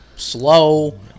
slow